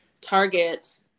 target